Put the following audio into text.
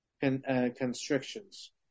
constrictions